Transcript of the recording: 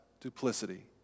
duplicity